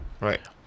Right